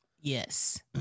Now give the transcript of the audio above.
yes